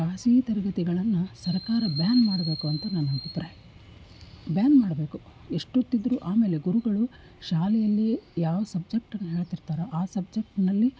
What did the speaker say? ಖಾಸಗಿ ತರಗತಿಗಳನ್ನು ಸರಕಾರ ಬ್ಯಾನ್ ಮಾಡಬೇಕು ಅಂತ ನನ್ನ ಅಭಿಪ್ರಾಯ ಬ್ಯಾನ್ ಮಾಡಬೇಕು ಎಷ್ಟೊತ್ತಿದ್ದರೂ ಆಮೇಲೆ ಗುರುಗಳು ಶಾಲೆಯಲ್ಲಿಯೇ ಯಾವ ಸಬ್ಜೆಕ್ಟನ್ನು ಹೇಳ್ತಿರ್ತಾರೋ ಆ ಸಬ್ಜೆಕ್ಟ್ನಲ್ಲಿ